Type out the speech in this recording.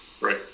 Right